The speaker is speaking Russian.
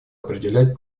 определять